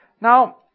Now